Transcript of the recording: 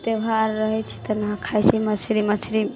त्यौहार रहैत छै तऽ नहि खाइत छै मछली मछली